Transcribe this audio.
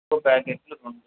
ఉప్పు ప్యాకెట్లు రెండు